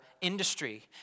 industry